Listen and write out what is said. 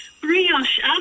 brioche